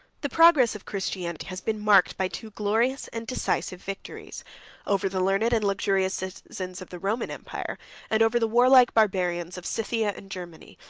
the progress of christianity has been marked by two glorious and decisive victories over the learned and luxurious citizens of the roman empire and over the warlike barbarians of scythia and germany,